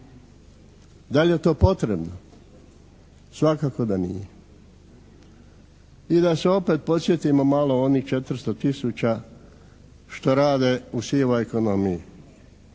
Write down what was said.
Da li je to potrebno? Svakako da nije. I da se opet podsjetimo malo onih 400 tisuća što rade u sivoj ekonomiji.